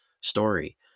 story